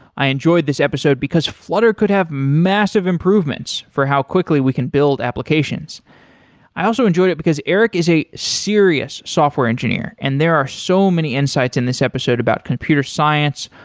i enjoyed this episode because flutter could have massive improvements for how quickly we can build applications i also enjoyed it because eric is a serious software engineer and there are so many insights in this episode about computer science,